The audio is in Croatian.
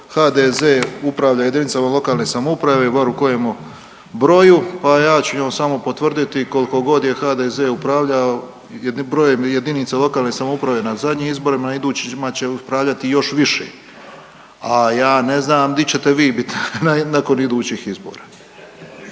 HDZ upravlja jedinicama lokalne samouprave i bar u kojemu broju, pa ja ću njoj samo potvrditi kolkogod je HDZ upravljao brojem jedinica lokalne samouprave na zadnjim izborima na idućima će upravljati još više. A ja ne znam di ćete vi bit nakon idućih izbora.